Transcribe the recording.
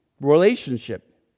relationship